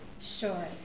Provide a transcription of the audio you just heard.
Sure